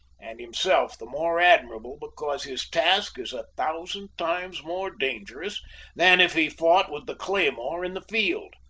and himself the more admirable, because his task is a thousand times more dangerous than if he fought with the claymore in the field.